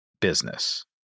business